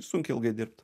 sunkiai dirbt